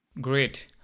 Great